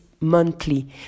Monthly